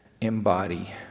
embody